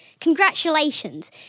congratulations